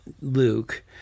Luke